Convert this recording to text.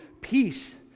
peace